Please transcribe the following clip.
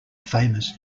famous